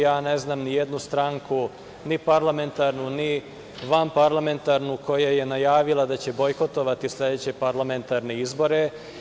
Ja ne znam ni jednu stranku, ni parlamentarnu, ni vanparlamentarnu, koja je najavila da će bojkotovati sledeće parlamentarne izbore.